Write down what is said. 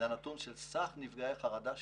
לנתון של סך נפגעי חרדה שטופלו.